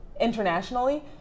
internationally